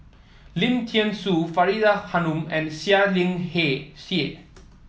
Lim Thean Soo Faridah Hanum and Seah Liang Seah